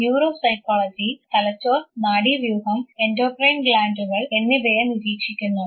neuro psychology തലച്ചോർ നാഡീവ്യൂഹം endocrine ഗ്ലാൻഡുകൾ എന്നിവയെ നിരീക്ഷിക്കുന്നു